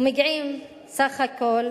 ומגיעים סך הכול